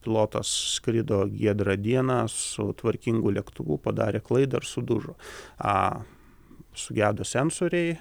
pilotas skrido giedrą dieną su tvarkingu lėktuvu padarė klaidą ir sudužo sugedo sensoriai